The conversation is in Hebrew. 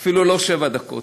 אפילו לא שבע דקות.